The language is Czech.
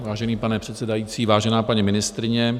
Vážený pane předsedající, vážená paní ministryně.